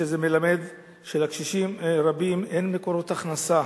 שזה מלמד שלקשישים רבים אין מקורות הכנסה